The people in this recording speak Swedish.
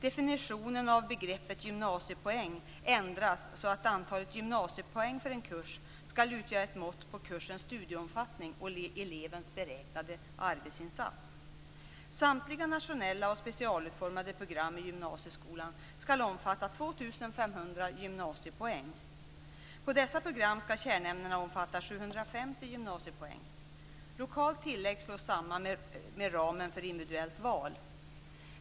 Definitionen av begreppet gymnasiepoäng ändras så att antalet gymnasiepoäng för en kurs skall utgöra ett mått på kursens studieomfattning och elevens beräknade arbetsinsats. gymnasiepoäng. Lokalt tillägg slås samman med ramen för individuellt val.